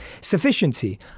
Sufficiency